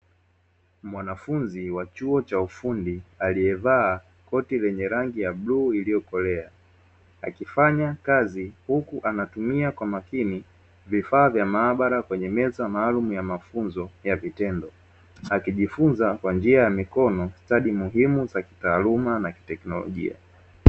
Mwanafunzi wa chuo cha ufundi aliyevaa koti lenye rangi ya bluu iliyokolea, akifanya kazi huku anatumia kwa makini vifaa vya maabara kwenye meza maalumu ya mafunzo ya vitendo, akijifunza kwa njia ya mikono stadi muhimu za kitaaluma na kiteknolojia.